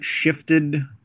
shifted